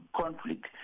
conflict